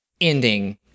ending